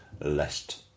lest